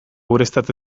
ureztatze